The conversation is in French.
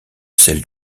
sel